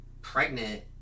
pregnant